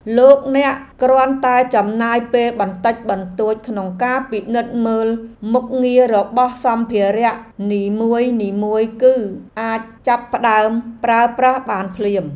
លោកអ្នកគ្រាន់តែចំណាយពេលបន្តិចបន្តួចក្នុងការពិនិត្យមើលមុខងាររបស់សម្ភារៈនីមួយៗគឺអាចចាប់ផ្ដើមប្រើប្រាស់បានភ្លាម។